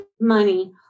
money